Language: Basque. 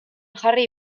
jarri